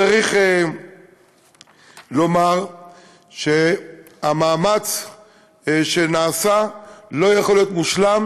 צריך לומר שהמאמץ שנעשה לא יכול להיות מושלם